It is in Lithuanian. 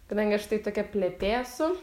kadangi aš tai tokia plepė esu